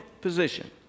position